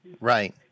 Right